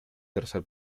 tercer